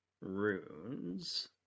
runes